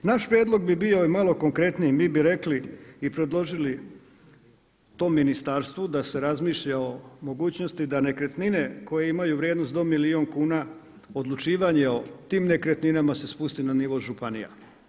Naš prijedlog bi i malo konkretniji, mi bi rekli i predložili tom ministarstvu da se razmišlja o mogućnosti da nekretnine koje imaju vrijednost do milijun kuna odlučivanje o tim nekretninama se spusti na nivo županija.